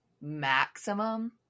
maximum